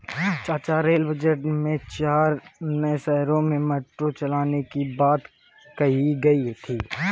चाचा rail budget में चार नए शहरों में मेट्रो चलाने की बात कही गई थी